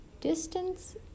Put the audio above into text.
Distance